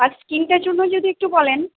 আর স্কিনটার জন্য যদি একটু বলেন